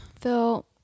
Phil